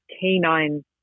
canine